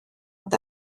oedd